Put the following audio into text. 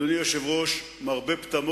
אני לא יודע להחליט, אני כל הזמן מתלבט.